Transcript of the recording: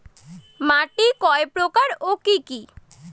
মাটি কয় প্রকার ও কি কি?